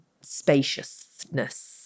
spaciousness